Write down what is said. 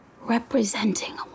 representing